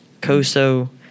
COSO